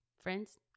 Friends